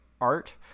art